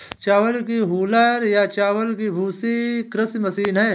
चावल की हूलर या चावल की भूसी एक कृषि मशीन है